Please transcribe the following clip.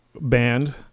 band